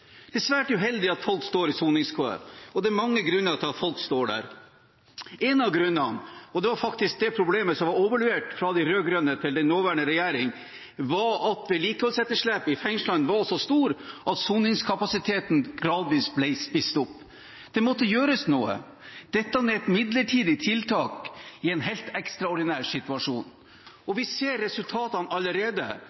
Det er svært uheldig at folk står i soningskø, og det er mange grunner til at folk står der. En av grunnene – og faktisk problemet som ble overlevert fra de rød-grønne til den nåværende regjering – var at vedlikeholdsetterslepet i fengslene var så stort at soningskapasiteten gradvis ble spist opp. Det måtte gjøres noe. Dette er et midlertidig tiltak i en helt ekstraordinær situasjon. Vi ser resultatene allerede: